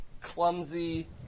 clumsy